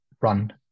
run